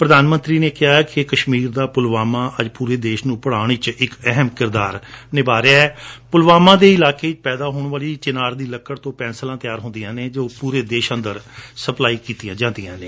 ਪ੍ਰਧਾਨ ਮੰਤਰੀ ਨੇ ਕਿਹਾ ਕਿ ਕਸ਼ਮੀਰ ਦਾ ਪੁਲਵਾਮਾ ਅੱਜ ਪੂਰੇ ਦੇਸ਼ ਨੂੰ ਪੜੁਾਉਣ ਦਾ ਇੱਕ ਅਹਿਮ ਕਿਰਦਾਰ ਨਿਭਾ ਰਿਹੈ ਕਿਊਂ ਜੋ ਪੁਲਵਾਮਾ ਦੇ ਇਲਾਕੇ ਵਿਚ ਪੈਦਾ ਹੋਣ ਵਾਲੀ ਚਿਨਾਰ ਦੀ ਲੱਕੜ ਤੋਂ ਪੈਂਸਲ ਤਿਆਰ ਕੀਤੀਆਂ ਜਾਂਦੀਆਂ ਨੇ ਜੋ ਪੂਰੇ ਦੇਸ਼ ਅੰਦਰ ਸਪਲਾਈ ਹੁੰਦੀਆਂ ਨੇ